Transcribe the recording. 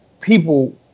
people